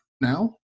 now